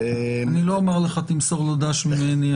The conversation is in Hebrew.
אני לא אומר לך למסור לו ד"ש ממני,